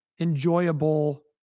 enjoyable